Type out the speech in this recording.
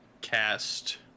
cast